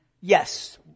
Yes